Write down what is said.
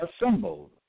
assembled